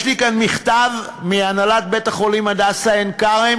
יש לי כאן מכתב מהנהלת בית-החולים "הדסה הר-הצופים",